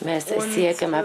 mes siekiame